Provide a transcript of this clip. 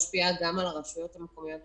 זה משפיע גם על ההכנסות של הרשויות המקומיות.